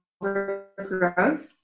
overgrowth